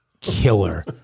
killer